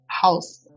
house